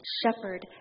shepherd